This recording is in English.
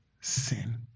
sin